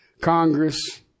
Congress